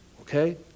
Okay